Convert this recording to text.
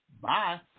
Bye